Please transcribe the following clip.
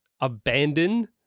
abandon